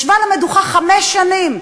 ישבה על המדוכה חמש שנים.